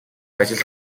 ажилд